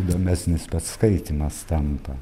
įdomesnis pats skaitymas tampa